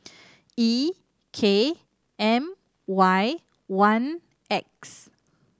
E K M Y one X